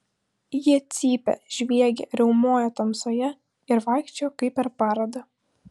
jie cypė žviegė riaumojo tamsoje ir vaikščiojo kaip per parodą